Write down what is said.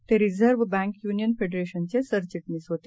तेरिझर्व्हबँकयुनियनफेडरेशनचेसरचिटणीसहोते